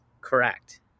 correct